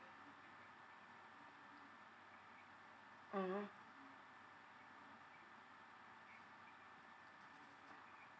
mmhmm